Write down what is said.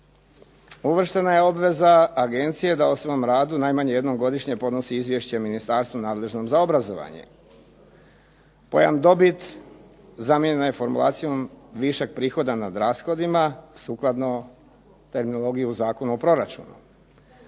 Uvrštena je obveza agencije da o svom radu najmanje jednom godišnje podnosi izvješće ministarstvu nadležnom za obrazovanje. Pojam dobit zamijenjena je formulacijom višak prihoda nad rashodima, sukladno terminologiji u Zakonu o proračunu.